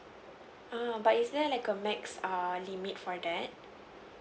uh but is there like a max err limit for that